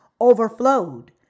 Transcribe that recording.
overflowed